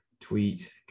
tweet